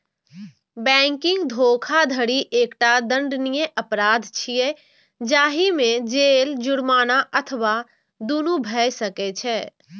banking धोखाधड़ी एकटा दंडनीय अपराध छियै, जाहि मे जेल, जुर्माना अथवा दुनू भए सकै छै